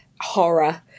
horror